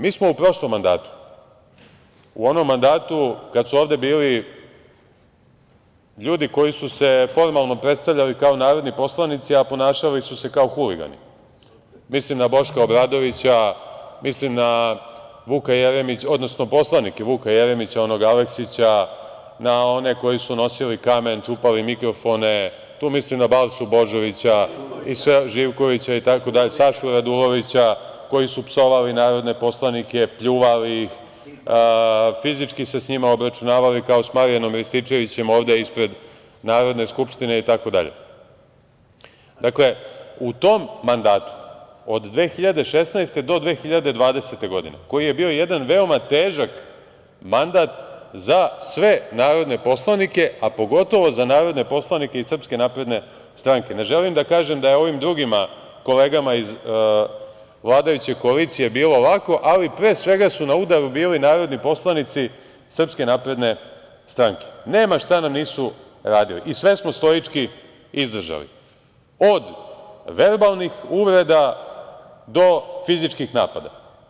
Mi smo u prošlom mandatu, u onom mandatu kad su ovde bili ljudi koji su se formalno predstavljali kao narodni poslanici a ponašali su se kao huligani, mislim na Boška Obradovića, poslanike Vuka Jeremića, onog Aleksića, na one koji su nosili kamen, čupali mikrofone, tu mislim na Balšu Božovića, Živkovića, Sašu Radulovića, koji su psovali narodne poslanike, pljuvali ih, fizički se sa njima obračunavali, kao sa Marijanom Rističevićem ovde ispred Narodne skupštine itd, dakle, u tom mandatu, od 2016. do 2020. godine, koji je bio jedan veoma težak mandat za sve narodne poslanike a pogotovo za narodne poslanike iz SNS, ne želim da kažem da je ovim drugim kolegama iz vladajuće koalicije bilo lako, ali pre svega su na udaru bili narodni poslanici SNS, nema šta nam nisu radili i sve smo stoički izdržali, od verbalnih uvreda do fizičkih napada.